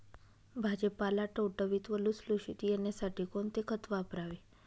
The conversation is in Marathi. भाजीपाला टवटवीत व लुसलुशीत येण्यासाठी कोणते खत वापरावे?